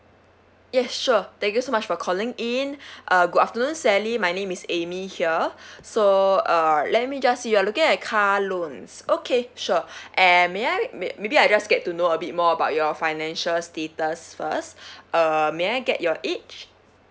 yes sure thank you so much for calling in uh good afternoon sally my name is amy here so uh let me just see you're looking at car loans okay sure and may I maybe I just get to know a bit more about your financial status first uh may I get your age